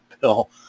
Bill